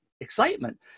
excitement